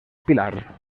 pilar